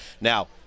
Now